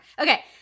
Okay